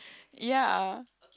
ya